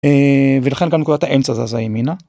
ולכן גם נקודת האמצע זזה ימינה.